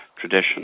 tradition